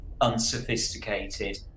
unsophisticated